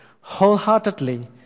wholeheartedly